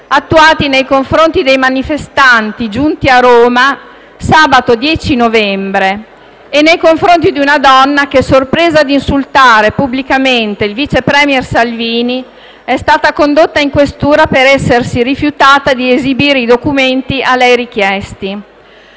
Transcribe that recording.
attuati nei confronti dei manifestanti giunti a Roma sabato 10 novembre e nei confronti di una donna che, sorpresa ad insultare pubblicamente il vice *premier* Salvini, è stata condotta in questura per essersi rifiutata di esibire i documenti a lei richiesti.